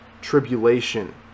tribulation